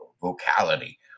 vocality